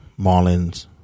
marlins